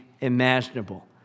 imaginable